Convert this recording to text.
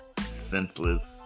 senseless